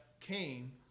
came